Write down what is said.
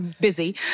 Busy